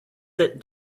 sit